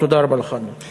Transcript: תודה רבה לך, אדוני.